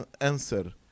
answer